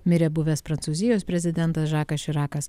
mirė buvęs prancūzijos prezidentas žakas širakas